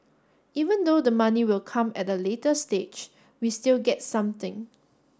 even though the money will come at the later stage we still get something